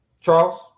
Charles